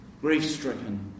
grief-stricken